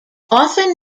often